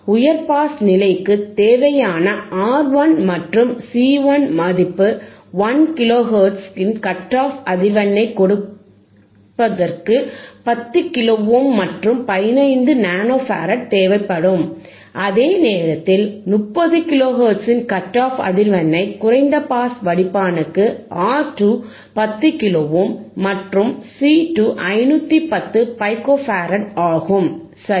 உயர் பாஸ் நிலைக்கு தேவையான R1 மற்றும் C1 மதிப்பு 1 கிலோ ஹெர்ட்ஸின் கட் ஆஃப் அதிர்வெண்ணை கொடுப்பதற்கு 10 கிலோ ஓம் மற்றும் 15 நானோ ஃபராட் தேவைப்படும் அதே நேரத்தில் 30 கிலோ ஹெர்ட்ஸின் கட் ஆஃப் அதிர்வெண்ணின் குறைந்த பாஸ் வடிப்பானுக்கு R2 10 கிலோ ஓம் மற்றும் C 2 510 பைக்கோ faradஆகும் சரி